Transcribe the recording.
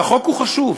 והחוק הוא חשוב.